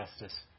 Justice